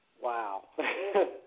wow